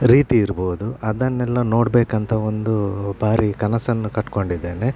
ರೀತಿ ಇರ್ಬಹುದು ಅದನ್ನೆಲ್ಲ ನೋಡಬೇಕಂತ ಒಂದು ಬಾರಿ ಕನಸನ್ನು ಕಟ್ಕೊಂಡಿದ್ದೇನೆ